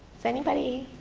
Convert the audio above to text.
is anybody.